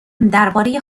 درباره